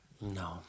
No